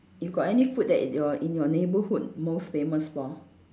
you got any food that in your in your neighborhood most famous for